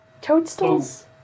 Toadstools